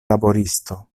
laboristo